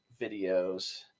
videos